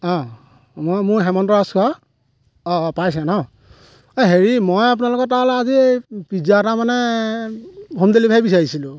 অ' মই মোৰ হেমন্ত ৰাজখোৱা অ' অ' পাইছে ন এ হৰি মই আপোনালোকৰ তালৈ আজি পিজ্জা এটা মানে হোম ডেলিভাৰী বিচাৰিছিলো